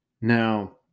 Now